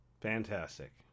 fantastic